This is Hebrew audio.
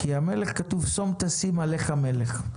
כי כתוב, שום תשים עליך מלך.